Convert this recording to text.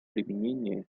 применения